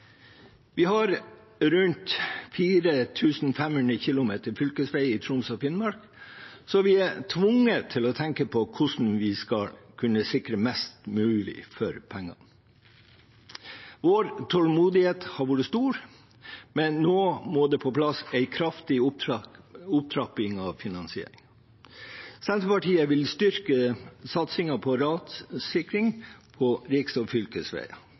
Vi har rundt 4 500 km fylkesvei i Troms og Finnmark, så vi er tvunget til å tenke på hvordan vi skal kunne sikre mest mulig for pengene. Vår tålmodighet har vært stor, men nå må det på plass en kraftig opptrapping av finansieringen. Senterpartiet vil styrke satsingen på rassikring på riks- og fylkesveier